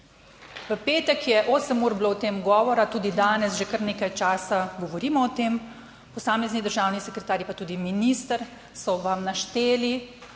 V petek je 8 ur bilo o tem govora, tudi danes že kar nekaj časa govorimo o tem. Posamezni državni sekretarji pa tudi minister so vam našteli,